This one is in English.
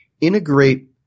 Integrate